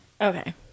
okay